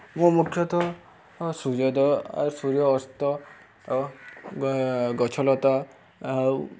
ମୋ ମୁଖ୍ୟତଃ ସୂର୍ଯ୍ୟୋଦୟ ଆଉ ସୂର୍ଯ୍ୟ ଅସ୍ତ ଗଛଲତା ଆଉ